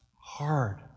hard